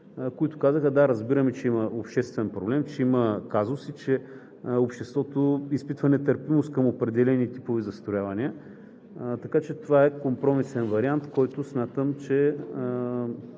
които казаха: „Да, разбираме, че има обществен проблем, че има казуси и че обществото изпитва нетърпимост към определените типове застрояване.“ Така че това е компромисен вариант, който смятам, че